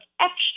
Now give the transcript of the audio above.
extra